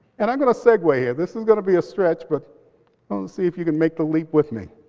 and i'm going to segway here. ah this is going to be a stretch, but we'll see if you can make the leap with me.